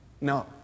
No